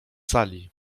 sali